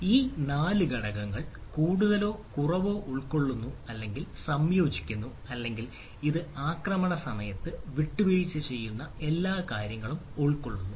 ഈ 4 ഘടകങ്ങൾ കൂടുതലോ കുറവോ ഉൾക്കൊള്ളുന്നു അല്ലെങ്കിൽ സംയോജിപ്പിക്കുന്നു അല്ലെങ്കിൽ ഇത് ആക്രമണസമയത്ത് വിട്ടുവീഴ്ച ചെയ്യപ്പെടുന്ന എല്ലാത്തരം കാര്യങ്ങളും ഉൾക്കൊള്ളുന്നു